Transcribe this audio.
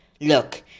Look